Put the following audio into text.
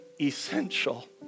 essential